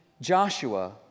Joshua